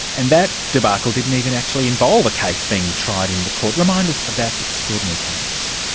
and that debacle didn't even actually involve a case being tried in the court. remind us of that extraordinary case.